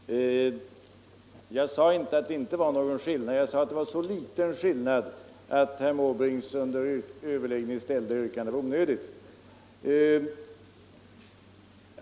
Herr talman! Jag sade inte att det inte var någon skillnad. Jag sade att det var en så liten skillnad att herr Måbrinks under överläggningen ställda yrkande var onödigt.